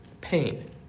pain